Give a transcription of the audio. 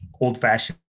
old-fashioned